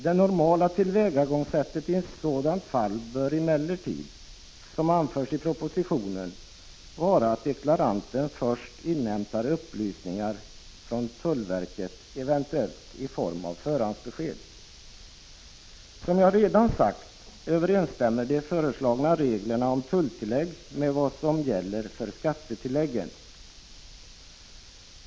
Det normala tillvägagångssättet i sådana fall bör emellertid — som anförs i propositionen — vara att deklaranten först inhämtar upplysningar från tullverket, eventuellt i form av förhandsbesked. Som jag redan sagt överensstämmer de föreslagna reglerna om tulltillägg med vad som redan gäller för skattetilläggen.